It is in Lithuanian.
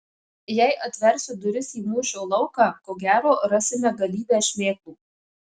jei atversiu duris į mūšio lauką ko gero rasime galybę šmėklų